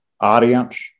audience